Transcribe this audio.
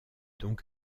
donc